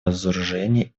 разоружения